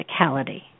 physicality